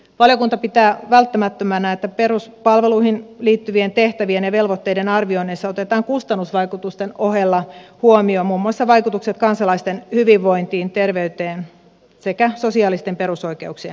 valiokunta pitää välttämättömänä että peruspalveluihin liittyvien tehtävien ja velvoitteiden arvioinneissa otetaan kustannusvaikutusten ohella huomioon muun muassa vaikutukset kansalaisten hyvinvointiin terveyteen sekä sosiaalisten perusoikeuksien toteuttamiseen